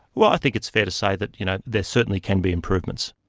well, i think it's fair to say that you know there certainly can be improvements.